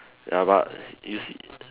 ya but you see